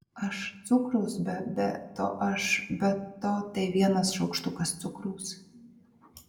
aš cukraus be be to aš be to tai vienas šaukštukas cukraus